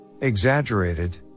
Exaggerated